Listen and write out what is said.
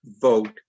vote